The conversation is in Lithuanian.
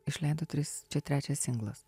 išleido tris čia trečias singlas